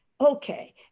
okay